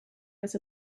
was